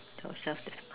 tell self that's must